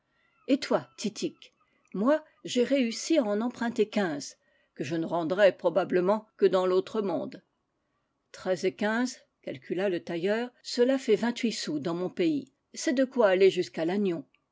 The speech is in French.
et toi titik moi j'ai réussi à en emprunter quinze que je ne ren drai probablement que dans l'autre monde treize et quinze calcula le tailleur cela fait vingt-huit sous dans mon pays c'est de quoi aller jusqu'à